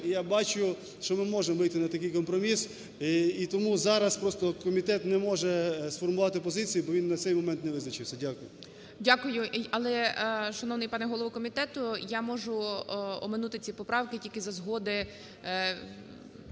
і я бачу, що ми можемо вийти на такий компроміс. І тому зараз просто комітет не може сформувати позицію, бо він на цей момент не визначився. Дякую. ГОЛОВУЮЧИЙ. Дякую. Але, шановний пане голово комітету, я можу оминути ці поправки тільки за згодою